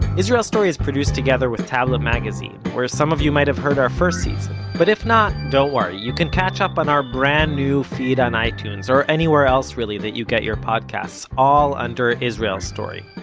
israel story is produced together with tablet magazine, where some of you might have heard our first season. but if not, don't worry! you can catch up on our brand new feed on itunes or anywhere else really that you get your podcasts all under israel story.